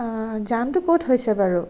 জামটো ক'ত হৈছে বাৰু